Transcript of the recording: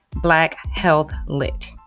BlackHealthLit